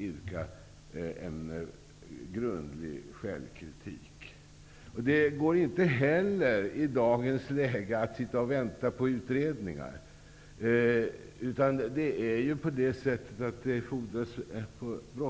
I dagens läge går det inte heller att sitta och vänta på utredningar. Det är brådskande och fordras att vi vidtar